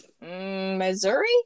Missouri